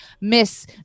Miss